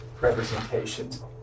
representations